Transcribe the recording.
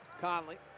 Conley